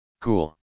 Cool